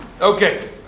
Okay